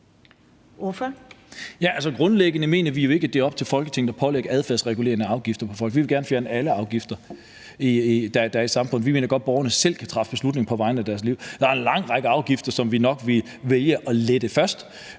grundlæggende mener vi jo ikke, at det er op til Folketinget at pålægge folk adfærdsregulerende afgifter. Vi vil gerne fjerne alle afgifter, der er i samfundet. Vi mener godt, borgerne selv kan træffe beslutning om deres liv. Der er en lang række afgifter, som vi nok ville vælge